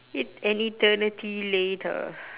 et~ an eternity later